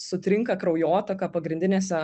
sutrinka kraujotaka pagrindinėse